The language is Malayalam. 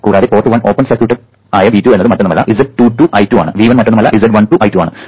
കൂടാതെ പോർട്ട് 1 ഓപ്പൺ സർക്യൂട്ടഡ് V2 എന്നത് മറ്റൊന്നുമല്ല z22 I2 ആണ് V1 മറ്റൊന്നുമല്ല z12 I2 ആണ്